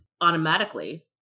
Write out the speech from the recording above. automatically